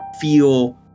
feel